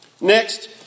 Next